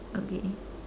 okay